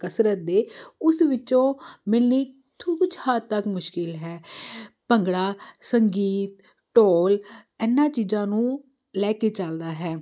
ਕਸਰਤ ਦੇ ਉਸ ਵਿੱਚੋਂ ਮਿਲਨੀ ਤੋ ਕੁਛ ਹੱਦ ਤੱਕ ਮੁਸ਼ਕਿਲ ਹੈ ਭੰਗੜਾ ਸੰਗੀਤ ਢੋਲ ਇਹਨਾਂ ਚੀਜ਼ਾਂ ਨੂੰ ਲੈ ਕੇ ਚਲਦਾ ਹੈ